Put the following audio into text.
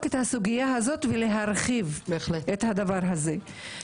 את הסוגיה הזאת ולהרחיב את הדבר הזה.